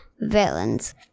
villains